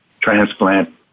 transplant